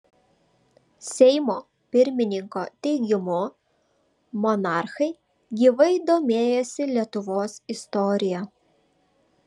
seimo pirmininko teigimu monarchai gyvai domėjosi lietuvos istorija